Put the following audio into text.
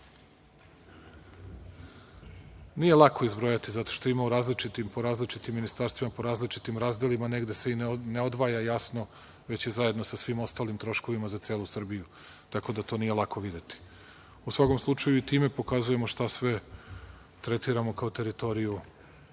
Nije lako izbrojati zato što ima po različitim ministarstvima, po različitim razdelima, negde se ne odvaja jasno, već je zajedno sa svim ostalim troškovima za celu Srbiju, tako da to nije lako videti. U svakom slučaju time pokazujemo šta sve tretiramo kao teritoriju